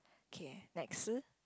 K next